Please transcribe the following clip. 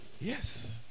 Yes